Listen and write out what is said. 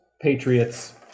Patriots